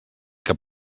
que